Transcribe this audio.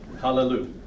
Hallelujah